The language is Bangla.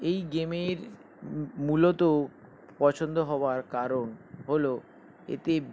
এই গেমের মূলত পছন্দ হওয়ার কারণ হলো এতে